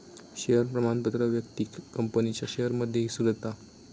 share प्रमाणपत्र व्यक्तिक कंपनीच्या शेयरमध्ये हिस्सो देता